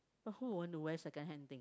who will want to wear secondhand thing